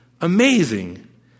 amazing